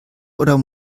oder